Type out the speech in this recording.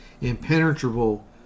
impenetrable